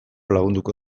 lagunduko